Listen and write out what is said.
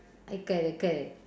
correct correct